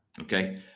okay